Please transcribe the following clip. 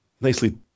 nicely